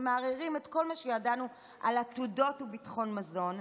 שמערערים את כל מה שידענו על עתודות מזון וביטחון מזון,